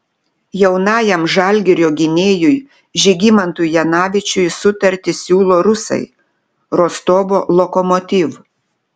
jaunajam žalgirio gynėjui žygimantui janavičiui sutartį siūlo rusai rostovo lokomotiv